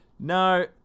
No